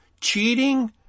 cheating